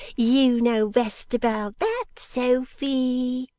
you know best about that, sophy